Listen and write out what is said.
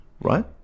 right